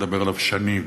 לדבר עליו שנים.